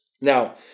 Now